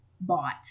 bought